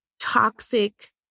toxic